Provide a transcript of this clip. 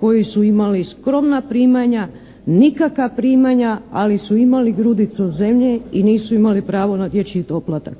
koji su imali skromna primanja, nikakva primanja, ali su imali grudicu zemlje i nisu imali pravo na dječji doplatak.